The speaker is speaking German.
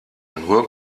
nur